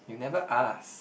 you never ask